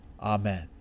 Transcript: Amen